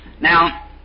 Now